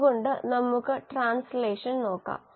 അതുകൊണ്ട് നമുക്ക് ട്രാൻസ്ലേഷൻ നോക്കാം